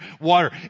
water